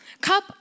cup